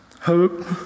hope